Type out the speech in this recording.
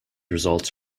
results